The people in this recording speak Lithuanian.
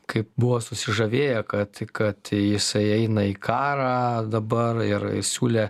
kaip buvo susižavėję kad kad jisai eina į karą dabar ir siūlė